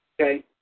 okay